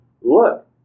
look